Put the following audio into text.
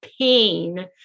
pain